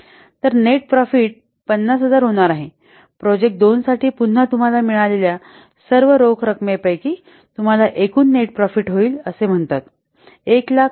तर net profit 50000 होणार आहे प्रोजेक्ट २ साठी पुन्हा तुम्हाला मिळालेल्या सर्व रोख रकमेपैकी तुम्हाला एकूण नेट प्रॉफिट होईल असे म्हणतात १०००००